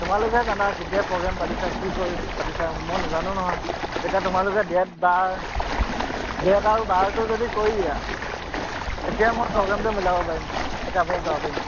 তোমালোকে জানা কেতিয়া প্ৰগ্ৰেম পাতিছা কি কৰি পাতিছা মই নজানো নহয় এতিয়া তোমালোকে ডে'ট বাৰ ডে'ট আৰু বাৰটো যদি কৰি দিয়া তেতিয়া মই প্ৰগ্ৰেমটো মিলাব পাৰিম তেতিয়া যাব পাৰিম